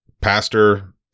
pastor